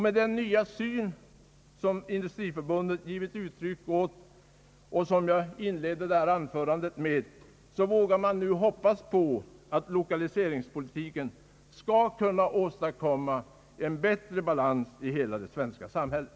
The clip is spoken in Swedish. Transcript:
Med den nya syn som Industriförbundet givit uttryck åt och som jag inledde detta anförande med, vågar man nu hoppas att lokaliseringspolitiken skall kunna åstadkomma en bättre balans i hela det svenska samhället.